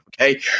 Okay